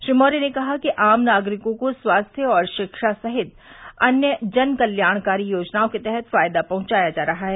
श्री मौर्य ने कहा कि आम नागरिकों को स्वास्थ्य शिक्षा सहित अन्य जन कल्याणकारी योजनाओं के तहत फायदा पहुंचाया जा रहा है